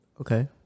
Okay